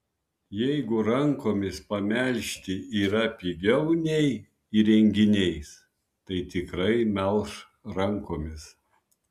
jeigu rankomis pamelžti yra pigiau nei įrenginiais tai tikrai melš rankomis